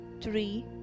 three